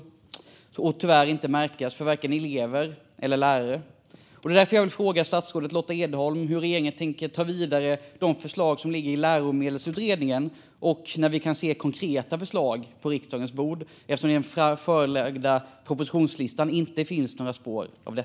Det kommer tyvärr inte att märkas för vare sig elever eller lärare. Därför vill jag fråga statsrådet Lotta Edholm hur regeringen tänker ta vidare de förslag som ligger i Läromedelsutredningen och när vi kan se konkreta förslag på riksdagens bord, eftersom det inte finns några spår av detta i den framlagda propositionsförteckningen.